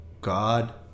God